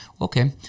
okay